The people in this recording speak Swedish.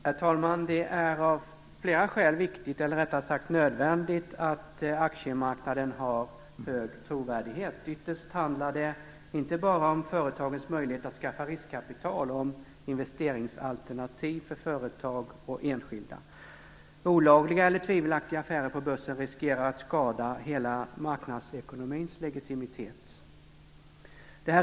Herr talman! Det är av flera skäl viktigt - eller rättare sagt nödvändigt - att aktiemarknaden har hög trovärdighet. Ytterst handlar det inte bara om företagens möjligheter att skaffa riskkapital och om investeringsalternativ för företag och enskilda. Olagliga eller tvivelaktiga affärer på börsen riskerar att skada hela marknadsekonomins legitimitet.